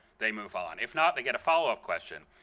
they move on. if not, they get a follow-up question.